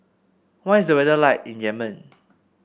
what is the weather like in Yemen